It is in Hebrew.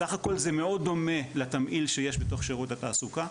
סך הכול זה מאוד דומה לתמהיל שיש בתוך שירות התעסוקה,